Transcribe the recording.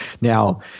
Now